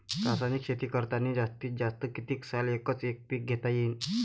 रासायनिक शेती करतांनी जास्तीत जास्त कितीक साल एकच एक पीक घेता येईन?